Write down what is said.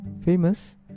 famous